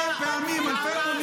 12,000